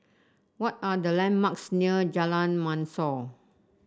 what are the landmarks near Jalan Mashor